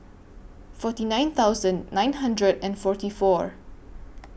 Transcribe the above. forty nine thousand nine hundred and forty four